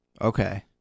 Okay